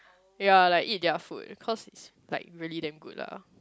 ya like eat their food cause it's like really damn good lah